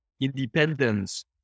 independence